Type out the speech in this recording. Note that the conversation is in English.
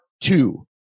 two